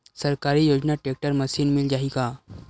सरकारी योजना tractor machine मिल जाही का?